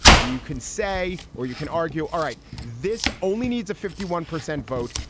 you can say or you can argue. all right. this only needs a fifty one percent vote.